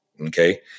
Okay